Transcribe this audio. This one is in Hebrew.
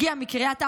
הגיע מקריית ארבע,